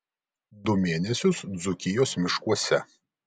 du mėnesius dzūkijos miškuose